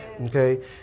Okay